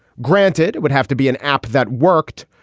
granted, it would have to be an app that worked.